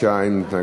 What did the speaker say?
סעיף 1 נתקבל.